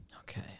Okay